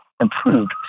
improved